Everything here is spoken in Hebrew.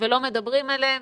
ולא מדברים עליהם.